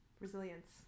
resilience